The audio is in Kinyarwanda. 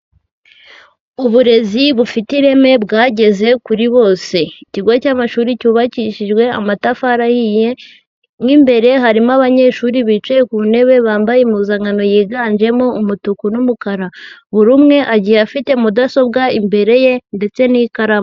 Uburezi bufite ireme bwageze kuri bose. Ikigo cy'amashuri cyubakishijwe amatafari ahiye, mo imbere harimo abanyeshuri bicaye ku ntebe bambaye impuzankano yiganjemo umutuku n'umukara. Buri umwe agiye afite mudasobwa imbere ye ndetse n'ikaramu.